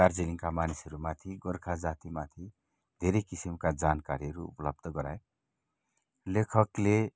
दार्जिलिङका मानिसहरूमाथि गोर्खा जातिमाथि धेरै किसिमका जानकारीहरू उपलब्ध गराए लेखकले